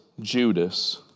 Judas